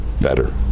better